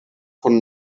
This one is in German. von